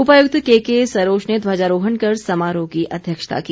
उपायुक्त केके सरोच ने ध्वजारोहण कर समारोह की अध्यक्षता की